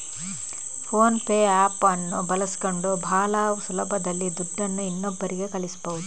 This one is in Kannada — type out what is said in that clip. ಫೋನ್ ಪೇ ಆಪ್ ಅನ್ನು ಬಳಸಿಕೊಂಡು ಭಾಳ ಸುಲಭದಲ್ಲಿ ದುಡ್ಡನ್ನು ಇನ್ನೊಬ್ಬರಿಗೆ ಕಳಿಸಬಹುದು